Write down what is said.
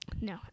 no